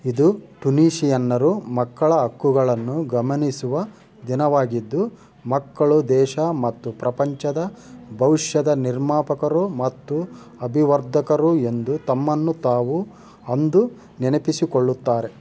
ಇದು ಟುನೀಶಿಯನ್ನರು ಮಕ್ಕಳ ಹಕ್ಕುಗಳನ್ನು ಗಮನಿಸುವ ದಿನವಾಗಿದ್ದು ಮಕ್ಕಳು ದೇಶ ಮತ್ತು ಪ್ರಪಂಚದ ಭವಿಷ್ಯದ ನಿರ್ಮಾಪಕರು ಮತ್ತು ಅಭಿವರ್ಧಕರು ಎಂದು ತಮ್ಮನ್ನು ತಾವು ಅಂದು ನೆನಪಿಸಿಕೊಳ್ಳುತ್ತಾರೆ